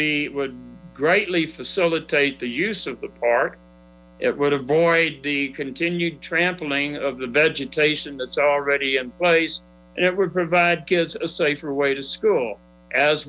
be would greatly facilitate the use of the park it would avoid the continued trampling of the vegetation that's already in place it would provide kids a safer way to school as